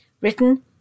Written